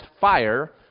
fire